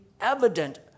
evident